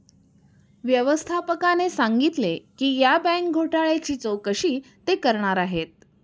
व्यवस्थापकाने सांगितले की या बँक घोटाळ्याची चौकशी ते करणार आहेत